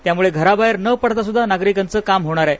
त्यामुळे घराबाहेर न पडतासुद्धा नागरिकांचे काम होणार आहे